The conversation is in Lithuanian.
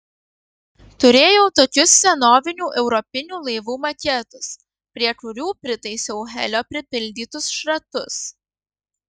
turėjau tokius senovinių europinių laivų maketus prie kurių pritaisiau helio pripildytus šratus